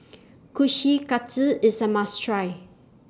Kushikatsu IS A must Try